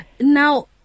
Now